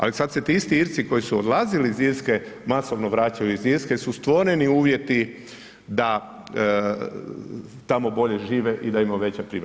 Ali sad se ti isti Irci koji su odlazili iz Irske masovno vraćaju iz Irske jer su stvoreni uvjeti da tamo bolje žive i da imaju veća primanja.